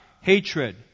hatred